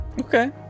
Okay